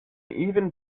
even